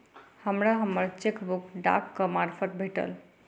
हमरा हम्मर चेकबुक डाकक मार्फत भेटल